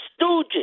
stooges